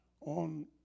on